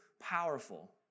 powerful